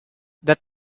that